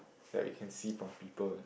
that you can see from people